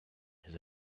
his